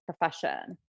profession